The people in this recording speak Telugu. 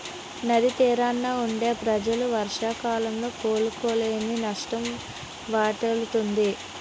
నది తీరాన వుండే ప్రజలు వర్షాకాలంలో కోలుకోలేని నష్టం వాటిల్లుతుంది